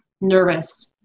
nervous